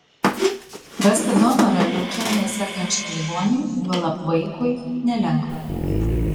rasti donorą leukemija sergančiam ligoniui juolab vaikui nelengva